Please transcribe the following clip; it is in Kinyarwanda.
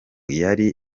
yari